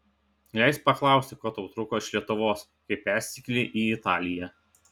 leisk paklausti ko tau trūko iš lietuvos kai persikėlei į italiją